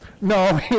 No